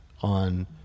on